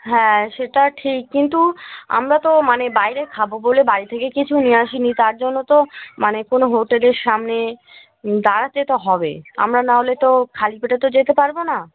হ্যাঁ সেটা ঠিক কিন্তু আমরা তো মানে বাইরে খাবো বলে বাড়ি থেকে কিছু নিয়ে আসি নি তার জন্য তো মানে কোনো হোটেলের সামনে দাঁড়াতে তো হবে আমরা নাহলে তো খালি পেটে তো যেতে পারবো না